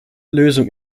lösung